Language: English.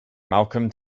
malcolm